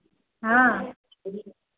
हाँ